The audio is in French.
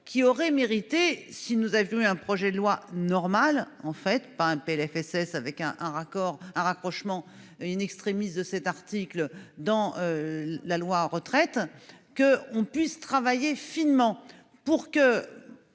qui aurait mérité. Si nous avions eu un projet de loi normal en fait pas un PLFSS avec un, un raccord ah rapprochement in-extremis de cet article dans. La loi retraites que on puisse travailler finement pour que.